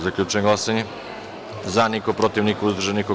Zaključujem glasanje: za – niko, protiv – niko, uzdržanih – nema.